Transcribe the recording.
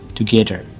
together